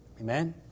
Amen